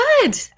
good